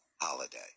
holiday